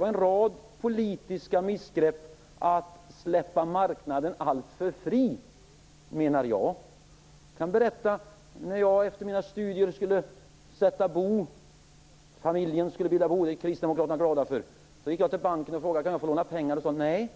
var en rad politiska missgrepp som släppte marknaden alltför fri, menar jag. När jag efter mina studier skulle sätta bo - familjen skulle sätta bo, något som kristdemokrater brukar vara glada för - gick jag till banken och bad att få låna pengar. Nej, sade de.